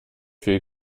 viel